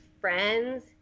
friends